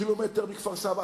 קילומטר מכפר-סבא.